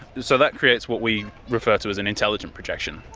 so that creates what we refer to as an intelligent projection.